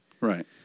Right